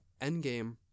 Endgame